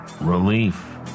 Relief